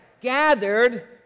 Gathered